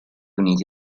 uniti